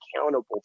accountable